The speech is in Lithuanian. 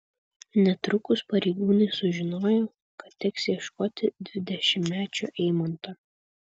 netrukus pareigūnai sužinojo kad teks ieškoti dešimtmečio eimanto